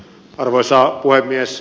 arvoisa puhemies